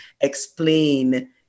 explain